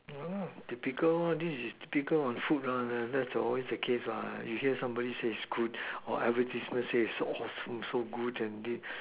ya lah typical one this is typical on food one lah that's always the case lah you hear somebody say it's good or advertisement say so it's awesome so good and